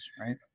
right